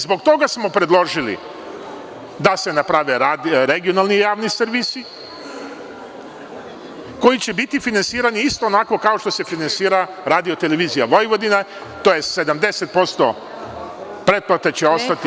Zbog toga smo predložili da se naprave regionalni javni servisi, koji će biti finansirani isto onako kao što se finansira RTV, tj. 70% pretplate će ostati…